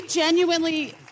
genuinely